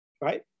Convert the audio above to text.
Right